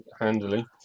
handily